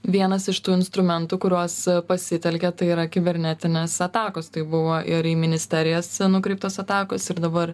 vienas iš tų instrumentų kuriuos pasitelkia tai yra kibernetinės atakos tai buvo ir į ministerijas nukreiptos atakos ir dabar